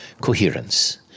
coherence